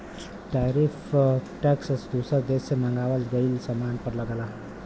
tariff tax दूसर देश से मंगावल गयल सामान पर लगला